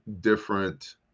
different